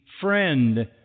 friend